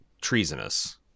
treasonous